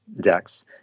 decks